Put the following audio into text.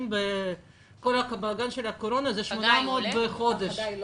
למתן הודעה מוקדמת מספקת כדי לשחרר צוותים מחל"ת,